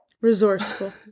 resourceful